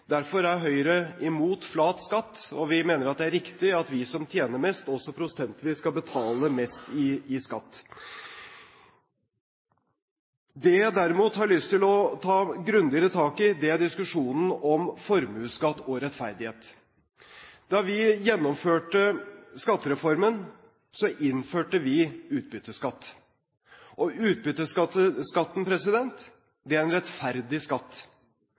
Derfor er Høyre mot flat skatt, og vi mener at det er riktig at vi som tjener mest, også prosentvis skal betale mest i skatt. Det jeg derimot har lyst til å ta grundigere tak i, er diskusjonen om formuesskatt og rettferdighet. Da vi gjennomførte skattereformen, innførte vi utbytteskatt. Utbytteskatten er en rettferdig skatt. Det er rettferdig